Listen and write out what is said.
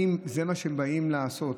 זה מה שהם באים לעשות.